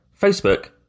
Facebook